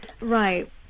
Right